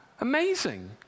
amazing